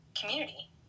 community